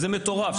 זה מטורף.